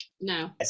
No